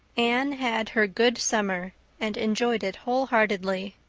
anne had her good summer and enjoyed it wholeheartedly.